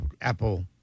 Apple